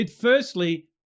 firstly